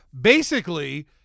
Basically-